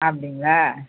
அப்படிங்களா